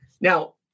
Now